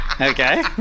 Okay